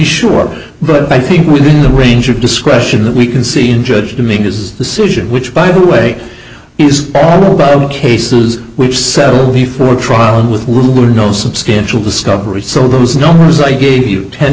sure but i think within the range of discretion that we can see and judge to make is the situation which by the way is cases which settle before trial and with little or no substantial discovery so those numbers i gave you ten